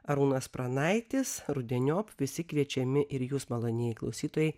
arūnas pranaitis rudeniop visi kviečiami ir jūs malonieji klausytojai